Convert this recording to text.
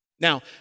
Now